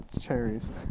cherries